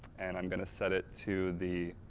and i'm going to set it to the